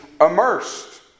immersed